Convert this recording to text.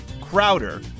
Crowder